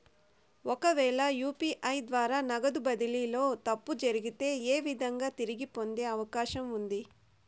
ఒకవేల యు.పి.ఐ ద్వారా నగదు బదిలీలో తప్పు జరిగితే, ఏ విధంగా తిరిగి పొందేకి అవకాశం ఉంది?